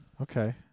Okay